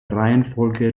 reihenfolge